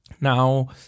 Now